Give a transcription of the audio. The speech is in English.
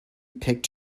picked